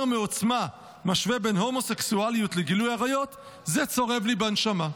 מעוצמה משווה בין הומוסקסואליות לגילוי עריות זה צורב לי בנשמה".